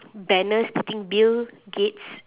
banner stating bill gates